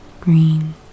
green